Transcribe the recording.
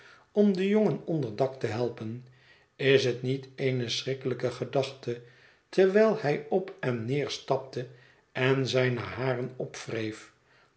om den jongen onder dak te helpen is het niet eene schrikkelijke gedachte terwijl hij op en neerstapte en zijne haren opwreef